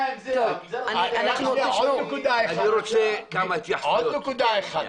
--- עוד נקודה אחת: